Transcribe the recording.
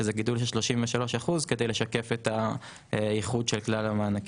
שזה גידול של 33% כדי לשקף את הייחוד של כלל המענקים.